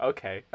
Okay